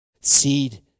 Seed